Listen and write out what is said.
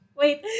wait